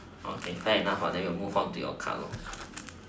okay fair enough then we will move on to your card